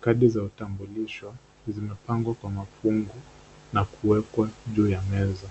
Kadi za utambulisho zimepangwa Kwa mafungu na kuekwa juu ya meza,